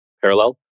parallel